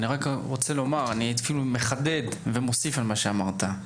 אני רוצה לחדד ולהוסיף על מה שאמרת.